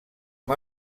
amb